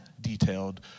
detailed